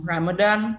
Ramadan